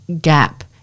gap